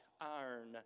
iron